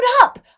up